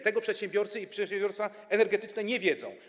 Tego przedsiębiorcy i przedsiębiorstwa energetyczne nie wiedzą.